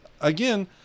Again